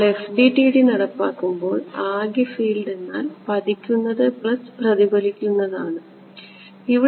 നമ്മൾ FDTD നടപ്പാക്കുമ്പോൾ ആകെ ഫീൽഡ് എന്നാൽ പതിക്കുന്നത് പ്ലസ് പ്രതിഫലിക്കുന്നത് ആണ്